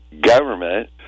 government